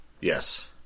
Yes